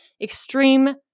extreme